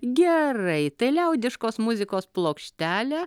gerai tai liaudiškos muzikos plokštelę